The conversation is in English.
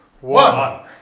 One